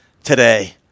today